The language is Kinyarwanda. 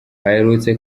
aherutse